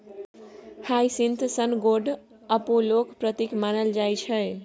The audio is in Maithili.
हाइसिंथ सन गोड अपोलोक प्रतीक मानल जाइ छै